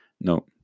No